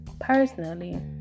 Personally